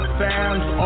fans